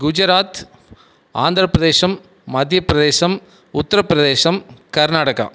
Gujarat Andhra Pradesh Madhya Pradesh Uttar Pradesh Karnataka